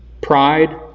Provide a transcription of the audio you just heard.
pride